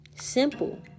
simple